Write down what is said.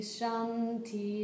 Shanti